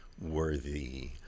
worthy